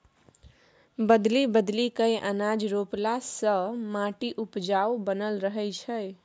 बदलि बदलि कय अनाज रोपला से माटि उपजाऊ बनल रहै छै